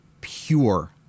pure